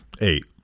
Eight